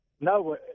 no